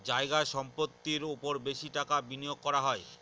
জায়গা সম্পত্তির ওপর বেশি টাকা বিনিয়োগ করা হয়